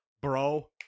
Bro